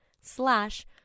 slash